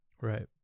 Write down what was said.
Right